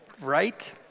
Right